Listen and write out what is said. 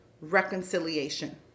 reconciliation